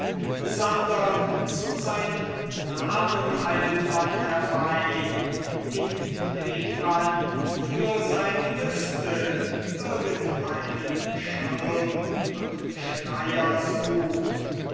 sondern zu seinem namen eilt man herbei indem man für seine lüste irgend einen schirm und schleier sucht